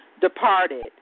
departed